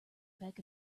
peck